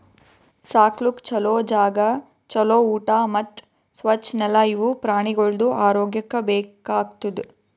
ಸಾಕ್ಲುಕ್ ಛಲೋ ಜಾಗ, ಛಲೋ ಊಟಾ ಮತ್ತ್ ಸ್ವಚ್ ನೆಲ ಇವು ಪ್ರಾಣಿಗೊಳ್ದು ಆರೋಗ್ಯಕ್ಕ ಬೇಕ್ ಆತುದ್